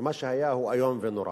ומה שהיה הוא איום ונורא.